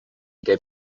gave